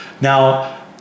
Now